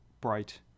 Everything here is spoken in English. bright